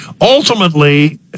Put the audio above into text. ultimately